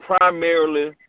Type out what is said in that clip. primarily